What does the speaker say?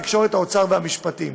התקשורת, האוצר והמשפטים.